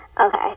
Okay